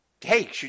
Hey